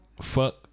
Fuck